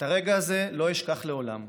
את הרגע הזה לא אשכח לעולם,